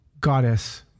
goddess